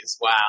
Wow